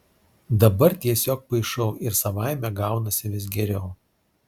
dabar tiesiog paišau ir savaime gaunasi vis geriau